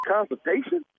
Consultation